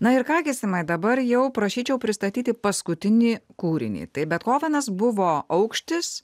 na ir ką gi simai dabar jau prašyčiau pristatyti paskutinį kūrinį taip bethovenas buvo aukštis